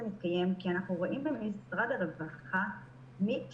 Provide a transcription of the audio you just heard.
מתקיים כי אנחנו רואים במשרד הרווחה כמי